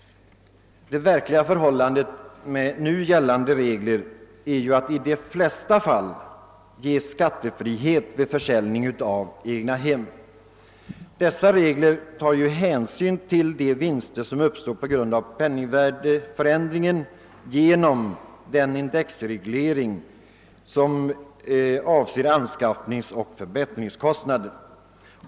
Det verkliga förhållandet är att nu gällande regler i de flesta fall ger skattefrihet vid försäljning av egnahem. Dessa regler tar ju hänsyn till de vinster som uppstår på grund av penningvärdeförändringen genom den indexvärdereglering som avser anskaffningsoch förbättringskostnader.